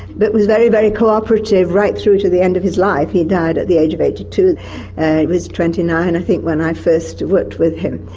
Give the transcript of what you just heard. but was very, very co-operative right through to the end of his life, he died at the age of eighty two and he was twenty nine i think when i first worked with him.